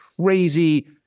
crazy